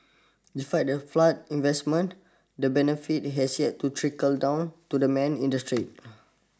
despite the flood investments the benefit has yet to trickle down to the man in the street